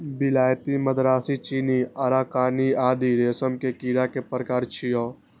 विलायती, मदरासी, चीनी, अराकानी आदि रेशम के कीड़ा के प्रकार छियै